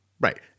Right